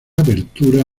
abertura